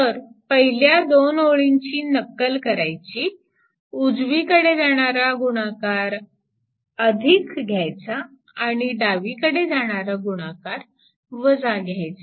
तर पहिल्या दोन ओळीची नक्कल करायची उजवीकडे जाणारा गुणाकार घ्यायचा आणि डावीकडे जाणारा गुणाकार घ्यायचा